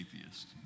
atheist